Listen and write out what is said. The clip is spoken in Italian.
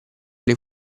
alle